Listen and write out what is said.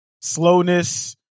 slowness